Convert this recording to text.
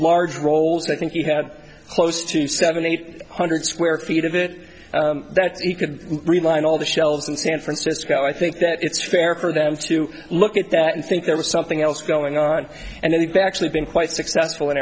large rolls i think you have close to seven eight hundred square feet of it that he could realign all the shelves in san francisco i think that it's fair for them to look at that and think there was something else going on and then exactly been quite successful in